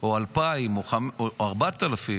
או 2,000 או 4,000,